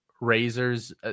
razors